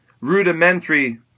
rudimentary